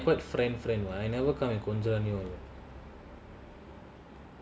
I think I quite friend friend [what] I never come and control anyone